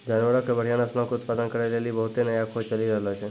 जानवरो के बढ़िया नस्लो के उत्पादन करै के लेली बहुते नया खोज चलि रहलो छै